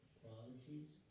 qualities